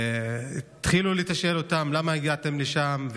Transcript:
והתחילו לתשאל אותם: למה הגעתם לשם,